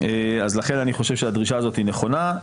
לכן אני חושב שהדרישה הזאת נכונה,